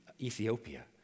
Ethiopia